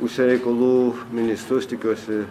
užsienio reikalų ministru aš tikiuosi